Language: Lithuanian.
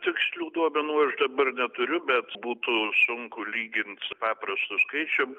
tikslių duomenų aš dabar neturiu bet būtų sunku lygint su paprastu skaičiumi